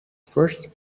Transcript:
first